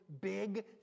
big